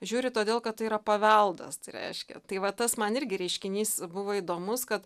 žiūri todėl kad tai yra paveldas tai reiškia tai va tas man irgi reiškinys buvo įdomus kad